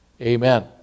Amen